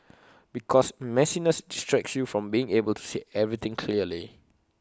because messiness distracts you from being able to see everything clearly